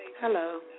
Hello